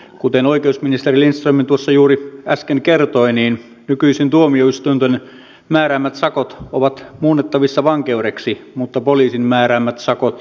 kuten oikeusministeri lindström juuri äsken kertoi nykyisin tuomioistuinten määräämät sakot ovat muunnettavissa vankeudeksi mutta poliisin määräämät sakot eivät